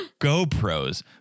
gopros